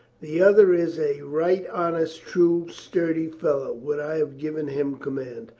the other is a right honest, true, sturdy fellow. would i had given him command!